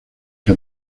que